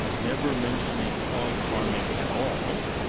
never mentioning hog farming at all,